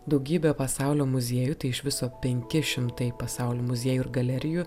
daugybė pasaulio muziejų tai iš viso penki šimtai pasaulio muziejų ir galerijų